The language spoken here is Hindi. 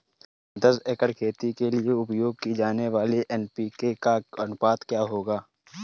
दस एकड़ खेती के लिए उपयोग की जाने वाली एन.पी.के का अनुपात क्या होगा?